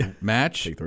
Match